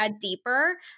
deeper